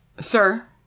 Sir